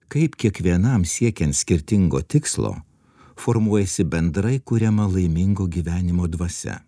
kaip kiekvienam siekiant skirtingo tikslo formuojasi bendrai kuriama laimingo gyvenimo dvasia